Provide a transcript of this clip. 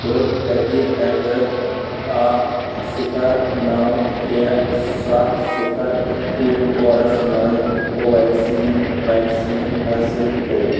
بہٕ کَتہِ ہیٚکہٕ اکھ صِفر نَو ترٛےٚ سَتھ صِفر پِن کوڈس مَنٛز کو ویٚکسیٖن ویٚکسیٖن حٲصِل کٔرِتھ